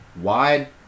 wide